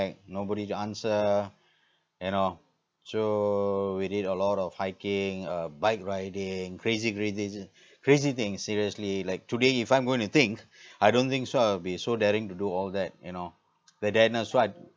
nobody to answer you know so we did a lot of hiking uh bike riding crazy crazy crazy thing seriously like today if I'm going to think I don't think so I'll be so daring to do all that you know the th~ then also I